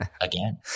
again